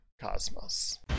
cosmos